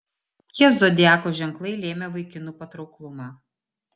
kokie zodiako ženklai lėmė vaikinų patrauklumą